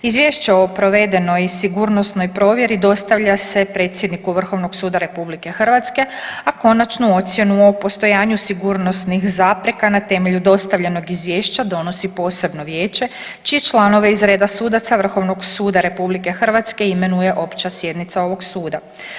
Izvješće o provedenoj sigurnosnoj provjeri dostavlja se predsjedniku VSRH-a, a konačnu ocjenu o postojanju sigurnosnih zapreka na temelju dostavljenog izvješća donosi posebno vijeće čije članove iz reda sudaca VSRH imenuje Opća sjednica ovog Suda.